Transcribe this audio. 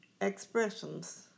Expressions